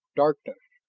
darkness!